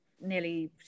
nearly